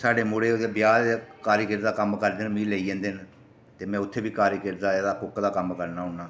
साढ़े मुड़े जेह्ड़े ब्याह् दा कारीगिरी दा कम्म करदे न ओह् मिगी लेई जंदे न ते में उत्थें बी कारीगर दा जेह्ड़ा कुक दा कम्म करना होन्ना